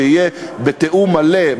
שיהיה בתיאום מלא,